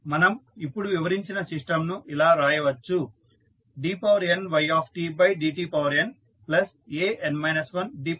మనం ఇప్పుడు వివరించిన సిస్టంను ఇలా వ్రాయవచ్చు dny dtnan 1dn 1y dtn 1